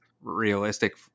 realistic